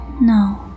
no